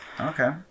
okay